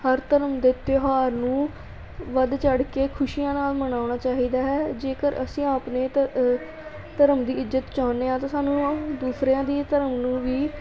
ਹਰ ਧਰਮ ਦੇ ਤਿਉਹਾਰ ਨੂੰ ਵੱਧ ਚੜ੍ਹ ਕੇ ਖੁਸ਼ੀਆਂ ਨਾਲ ਮਨਾਉਣਾ ਚਾਹੀਦਾ ਹੈ ਜੇਕਰ ਅਸੀਂ ਆਪਣੇ ਧ ਧਰਮ ਦੀ ਇੱਜਤ ਚਾਹੁੰਦੇ ਹਾਂ ਤਾਂ ਸਾਨੂੰ ਦੂਸਰਿਆਂ ਦੀ ਧਰਮ ਨੂੰ ਵੀ